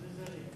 זרים,